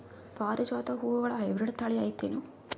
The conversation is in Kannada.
ಪಾರಿಜಾತ ಹೂವುಗಳ ಹೈಬ್ರಿಡ್ ಥಳಿ ಐತೇನು?